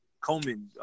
Coleman